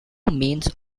means